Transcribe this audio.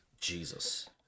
Jesus